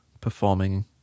performing